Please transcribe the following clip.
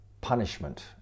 punishment